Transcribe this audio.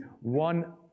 one